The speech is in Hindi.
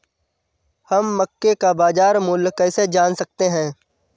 हम मक्के का बाजार मूल्य कैसे जान सकते हैं?